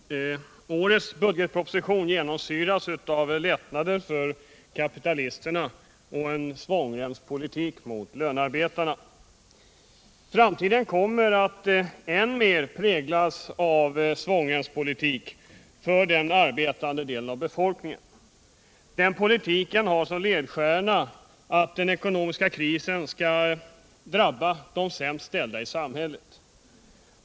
Herr talman! Årets budgetproposition genomsyras av lättnader för kapitalisterna och en svångremspolitik mot lönearbetarna. Framtiden kommer att än mer präglas av svångremspolitik för den arbetande delen av befolkningen. Den politiken har som ledstjärna att den ekonomiska krisen skall drabba de sämst ställda i samhället.